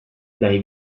dai